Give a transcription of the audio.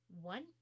one